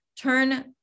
turn